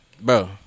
Bro